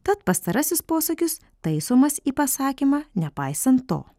tad pastarasis posakis taisomas į pasakymą nepaisant to